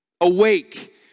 Awake